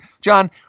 John